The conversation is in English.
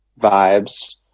vibes